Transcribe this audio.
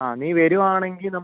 ആ നീ വരുവാണെങ്കിൽ നമ്